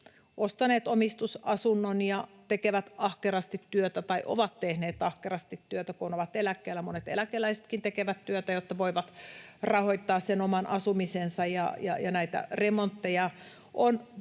ostaneet omistusasunnon ja tekevät ahkerasti työtä tai ovat tehneet ahkerasti työtä, kun ovat eläkkeellä — monet eläkeläisetkin tekevät työtä, jotta voivat rahoittaa sen oman asumisensa — ja näitä remontteja on paljon